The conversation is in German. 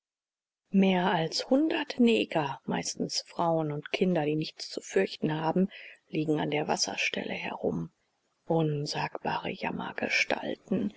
mehr als hundert neger meistens frauen und kinder die nichts zu fürchten haben liegen an der wasserstelle herum unsagbare